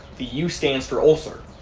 the u stands for ulcer.